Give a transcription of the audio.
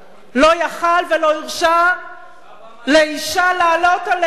לא יכול היה, ולא הרשה לאשה לעלות עליה.